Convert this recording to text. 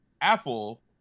Apple